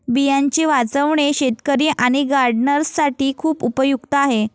बियांचे वाचवणे शेतकरी आणि गार्डनर्स साठी खूप उपयुक्त आहे